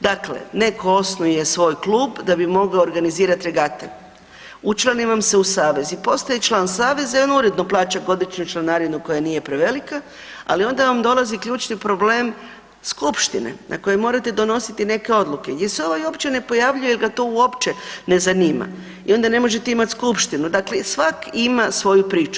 Dakle, netko osnuje svoj klub da bi mogao organizirati regate, učlani vam se u savez i postane član saveza i on uredno plaća godišnju članarinu koja nije prevelika, ali onda vam dolazi ključni problem skupštine na kojoj morate donositi neke odluke gdje se ovaj uopće ne pojavljuje jel ga to uopće ne zanima i onda ne možete imati skupštinu, dakle, svak ima svoju priču.